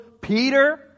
Peter